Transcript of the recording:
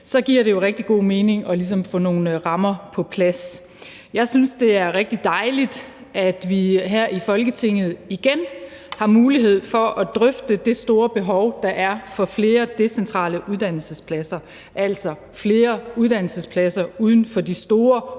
Så giver det jo rigtig god mening ligesom at få nogle rammer på plads. Jeg synes, det er rigtig dejligt, at vi her i Folketinget igen har mulighed for at drøfte det store behov, der er for flere decentrale uddannelsespladser, altså flere uddannelsespladser uden for de store